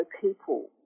people